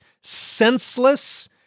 senseless